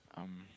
um